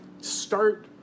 Start